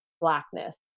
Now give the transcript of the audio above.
blackness